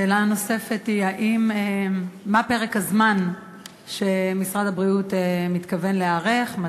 השאלה הנוספת היא: מה פרק הזמן שמשרד הבריאות מתכוון להיערך בו?